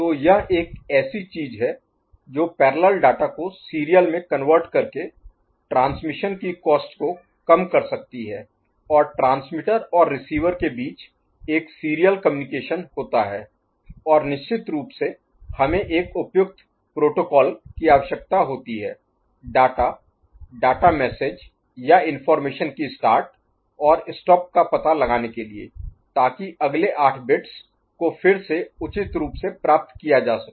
तो यह एक ऐसी चीज है जो पैरेलल डाटा को सीरियल में कन्वर्ट करके ट्रांसमिशन की कॉस्ट Cost लागत को कम कर सकती है और ट्रांसमीटर और रिसीवर के बीच एक सीरियल कम्युनिकेशन Communication संचार होता है और निश्चित रूप से हमें एक उपयुक्त प्रोटोकॉल की आवश्यकता होती है डाटा डाटा मैसेज Message संदेश या इनफार्मेशन Information जानकारी की स्टार्ट Start शुरुआत और स्टॉप Stop अंत का पता लगाने के लिए ताकि अगले 8 बिट्स को फिर से उचित रूप से प्राप्त किया जा सके